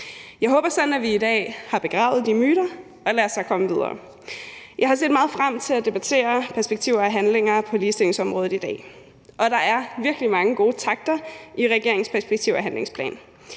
Jeg håber sådan, at vi i dag har begravet de myter, og lad os så komme videre. Jeg har set meget frem til at debattere perspektiver og handlinger på ligestillingsområdet i dag, og der er virkelig mange gode takter i regeringens perspektiv- og handlingsplan.